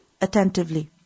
attentively